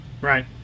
Right